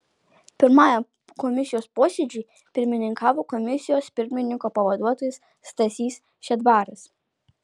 pirmajam komisijos posėdžiui pirmininkavo komisijos pirmininko pavaduotojas stasys šedbaras